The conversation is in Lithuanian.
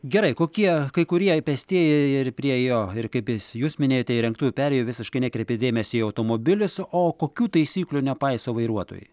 gerai kokie kai kurie pėstieji ir prie jo ir kaip jis jūs minėjote įrengtų perėjojų visiškai nekreipia dėmesio į automobilius o kokių taisyklių nepaiso vairuotojai